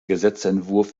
gesetzesentwurf